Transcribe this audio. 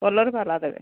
colour ବାଲା ଦେବେ